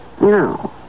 No